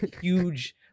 huge